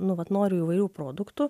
nu vat noriu įvairių produktų